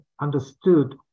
understood